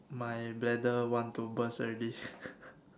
my bladder want to burst already